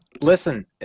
Listen